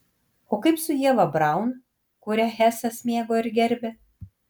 o kaip su ieva braun kurią hesas mėgo ir gerbė